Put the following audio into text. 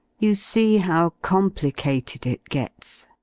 you see how complicated it gets.